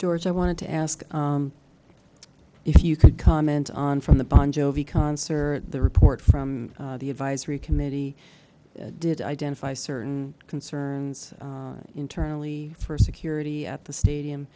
george i wanted to ask if you could comment on from the bon jovi concert the report from the advisory committee did identify certain concerns internally for security at the stadium